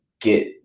get